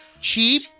Cheap